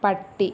പട്ടി